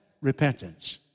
repentance